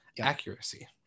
accuracy